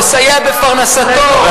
לסייע בפרנסתו,